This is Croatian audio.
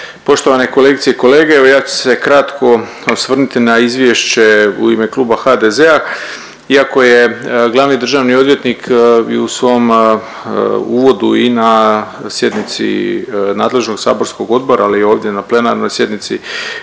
poštovane kolegice i kolege. Evo ja ću se kratko osvrnuti na izvješće u ime Kluba HDZ-a. Iako je glavni državni odvjetnik i u svom uvodu i na sjednici nadležnog saborskog odbora, ali i ovdje na plenarnoj sjednici